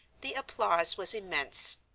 the applause was immense.